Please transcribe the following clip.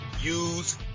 use